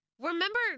Remember